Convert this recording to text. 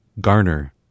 Garner